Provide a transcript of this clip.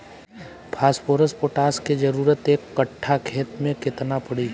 Phosphorus potash के जरूरत एक कट्ठा खेत मे केतना पड़ी?